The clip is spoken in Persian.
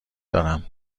دارم